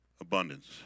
abundance